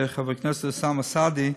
חבר הכנסת אוסאמה סעדי,